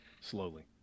slowly